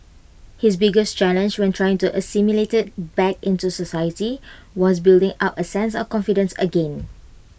his biggest challenge when trying to assimilate back into society was building up A sense of confidence again